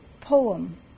poem